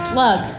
look